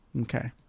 Okay